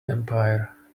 empire